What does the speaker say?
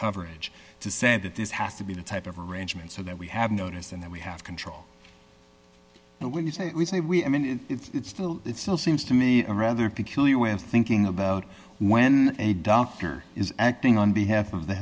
coverage to say that this has to be the type of arrangement so that we have notice and that we have control when you say we say we i mean it's still it still seems to me a rather peculiar way of thinking about when a doctor is acting on behalf of the